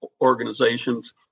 organizations